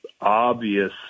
obvious